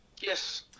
Yes